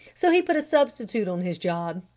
so he put a substitute on his job,